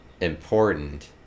important